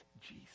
Jesus